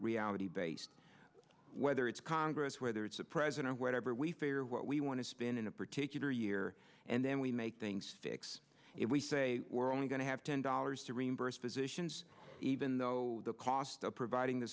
reality based whether it's congress whether it's a president whatever we figure what we want to spend in a particular year and then we make thing sticks if we say we're only going to have ten dollars to reimburse physicians even though the cost of providing the